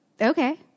Okay